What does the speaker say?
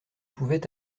pouvait